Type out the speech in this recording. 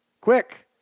Quick